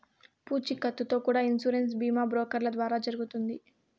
పూచీకత్తుతో కూడా ఇన్సూరెన్స్ బీమా బ్రోకర్ల ద్వారా జరుగుతుంది